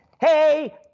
Hey